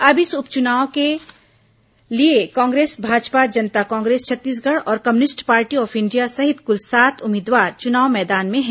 अब इस उप चुनाव के लिए कांग्रेस भाजपा जनता कांग्रेस छत्तीसगढ़ और कम्युनिस्ट पार्टी ऑफ इंडिया सहित कुल सात उम्मीदवार चुनाव मैदान में हैं